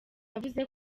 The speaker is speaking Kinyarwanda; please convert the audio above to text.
yavuze